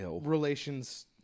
relations